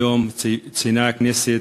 היום ציינה הכנסת,